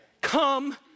Come